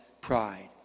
pride